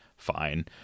fine